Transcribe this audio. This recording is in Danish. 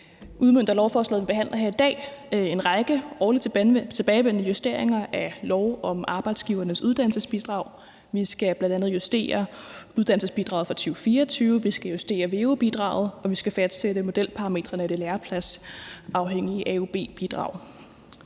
udmønter lovforslaget, vi behandler her i dag, en række årligt tilbagevendende justeringer af lov om arbejdsgivernes uddannelsesbidrag. Vi skal bl.a. justere uddannelsesbidraget for 2024, vi skal justere veu-bidraget, og vi skal fastsætte modelparametrene i det lærepladsafhængige AUB-bidrag.